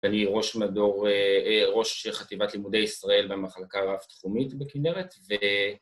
‫אני ראש מדור, אה, ראש חטיבת לימודי ישראל ‫במחלקה הרב-תחומית בכנרת,